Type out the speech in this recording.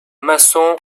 maçon